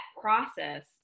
process